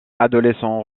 adolescent